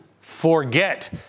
forget